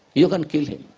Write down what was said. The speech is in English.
you can kill him.